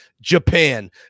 Japan